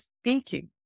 speaking